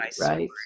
right